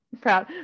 proud